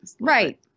Right